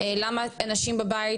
למה אנשים בבית,